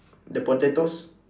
the potatoes